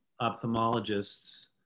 ophthalmologists